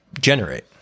generate